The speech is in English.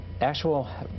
actual